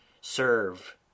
serve